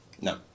No